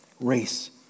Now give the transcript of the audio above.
race